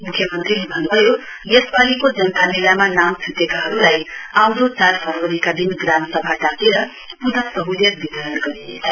मुख्यमन्त्रीले भन्नुभयो यसपालीको जनता मेलामा नाम छुटेकाहरुलाई आउँदो चार फरवरीका दिन ग्रामसभा डाकेर पुन सहुलियत वितरण गरिनेछ